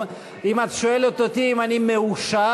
אם את שואלת אותי אם אני מאושר,